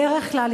בדרך כלל,